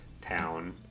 town